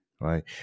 Right